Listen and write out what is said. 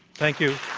thank you,